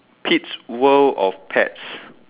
kids world of pets